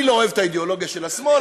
אני לא אוהבת את האידיאולוגיה של השמאל,